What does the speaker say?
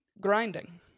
Grinding